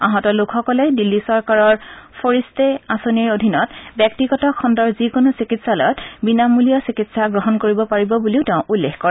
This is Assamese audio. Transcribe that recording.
আহত লোকসকলে দিল্লী চৰকাৰৰ ফৰিট্টে আঁচনিৰ অধীনত ব্যক্তিগত খণ্ডৰ যিকোনো চিকিৎসালয়ত বিনামূলীয়াকৈ চিকিৎসা গ্ৰহণ কৰিব পাৰিব বুলিও তেওঁ উল্লেখ কৰে